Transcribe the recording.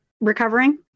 recovering